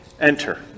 enter